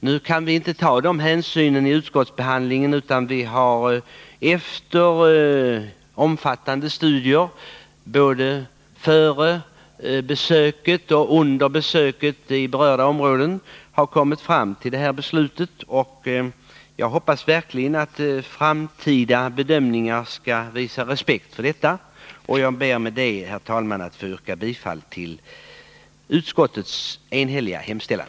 Nu har vi inte kunnat ta hänsyn till detta i utskottsbehandlingen, utan vi har efter omfattande studier, både före besöket och under besöket i berörda områden, kommit fram till det ställningstagande som redovisas i betänkandet. Jag hoppas verkligen att framtida bedömningar skall visa respekt för detta. Jag ber, herr talman, att få yrka bifall till utskottets enhälliga hemställan.